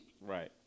Right